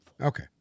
Okay